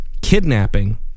kidnapping